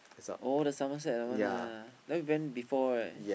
oh the Somerset that one ah that one we went before right